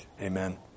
Amen